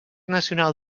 nacional